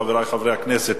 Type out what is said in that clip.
חברי חברי הכנסת,